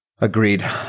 Agreed